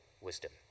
wisdom